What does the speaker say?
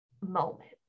moment